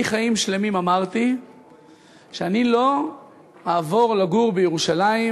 אני חיים שלמים אמרתי שאני לא אעבור לגור בירושלים,